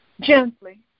gently